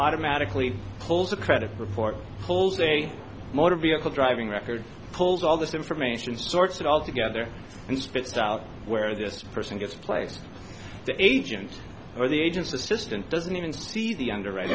automatically pulls a credit report pulls a motor vehicle driving records pulls all this information sorts it all together and spits out where this person gets placed the agent or the agent's assistant doesn't even see the underwriter